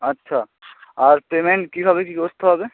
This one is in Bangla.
আচ্ছা আর পেমেন্ট কীভাবে কী করতে হবে